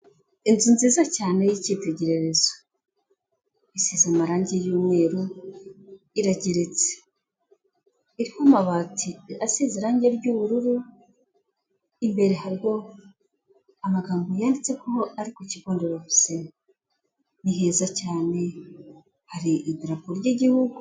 Inzu nziza cyane y'ikitegererezo, isize amarangi y'umweru, irageretse, iriho amabati asize irangi ry'ubururu, imbere hariho amagambo yanditse ko ari kigo nderabuzima, ni heza cyane hari idarapo ry'igihugu.